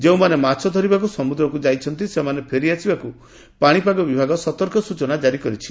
ଯେଉଁମାନେ ମାଛ ଧରିବାକୁ ସମୁଦ୍ର ମଧ୍ୟକୁ ଯାଇଛନ୍ତି ସେମାନେ ଫେରିଆସିବାକୁ ପାଣିପାଗ ବିଭାଗ ସତର୍କ ସ୍ରଚନା ଜାରି କରିଛି